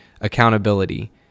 accountability